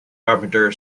carpenter